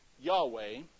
Yahweh